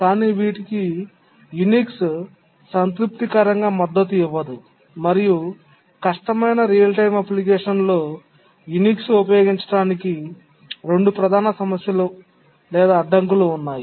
కానీ వీటికి యునిక్స్ సంతృప్తికరంగా మద్దతు ఇవ్వదు మరియు కష్టమైన రియల్ టైమ్ అప్లికేషన్లో యునిక్స్ ఉపయోగించటానికి రెండు ప్రధాన సమస్యలు లేదా అడ్డంకులు ఉన్నాయి